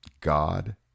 God